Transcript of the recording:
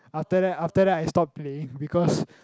after that after that I stop playing because